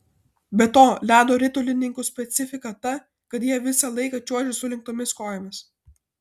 be to ledo ritulininkų specifika ta kad jie visą laiką čiuožia sulenktomis kojomis